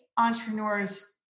entrepreneurs